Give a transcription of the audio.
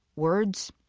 words,